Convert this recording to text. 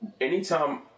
anytime